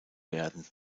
werden